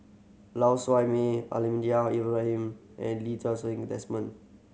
Lau Siew Mei Almahdi Al Ibrahim and Lee Ti Seng Desmond